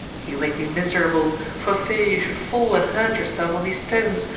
you make me miserable, for fear you should fall and hurt yourself on these stones,